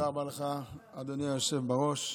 תודה רבה לך, אדוני היושב בראש.